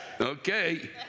Okay